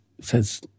says